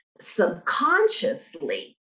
subconsciously